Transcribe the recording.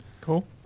Cool